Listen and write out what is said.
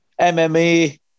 MMA